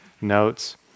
notes